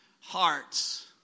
hearts